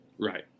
Right